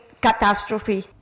catastrophe